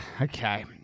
Okay